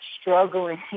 struggling